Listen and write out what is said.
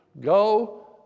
Go